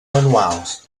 manuals